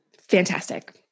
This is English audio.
Fantastic